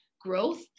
growth